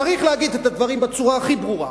צריך להגיד את הדברים בצורה הכי ברורה.